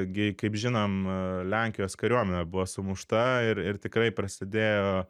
gi kaip žinom lenkijos kariuomenė buvo sumušta ir ir tikrai prasidėjo